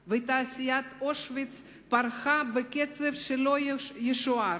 בער./ ותעשיית אושוויץ פרחה בקצב שלא ישוער,